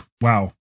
wow